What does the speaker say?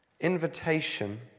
invitation